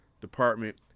department